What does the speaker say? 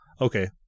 Okay